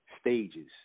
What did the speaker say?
stages